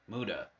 Muda